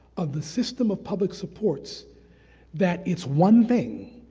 of the system of public supports that it's one thing.